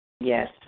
Yes